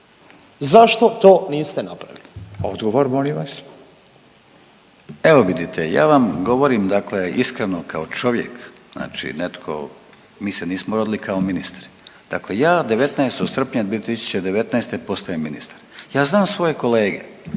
molim vas. **Grlić Radman, Gordan (HDZ)** Evo vidite, ja vam govorim dakle iskreno kao čovjek, znači netko, mi se nismo rodili kao ministri. Dakle ja 19. srpnja 2019. postajem ministar. Ja znam svoje kolege,